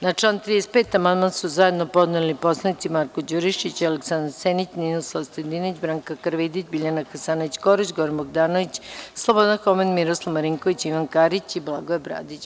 Na član 35. amandman su zajedno podneli narodni poslanici Marko Đurišić, Aleksandar Senić, Ninoslav Stojadinović, Branka Karavidić, Biljana Hasanović Korać, Goran Bogdanović, Slobodan Homen, Miroslav Marinković, Ivan Karić i Blagoje Bradić.